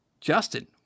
Justin